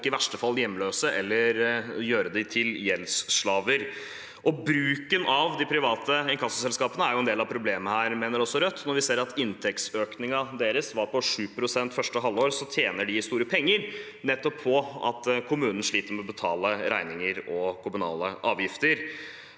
gjøre folk hjemløse eller gjøre dem til gjeldsslaver. Bruken av de private inkassoselskapene er en del av problemet, mener Rødt. Når vi ser at inntektsøkningen deres var på 7 pst. første halvår, så tjener de store penger på at noen sliter med å betale regninger og kommunale avgifter.